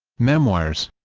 memoirs